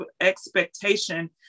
expectation